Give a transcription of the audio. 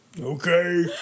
Okay